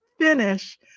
finish